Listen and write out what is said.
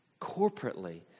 corporately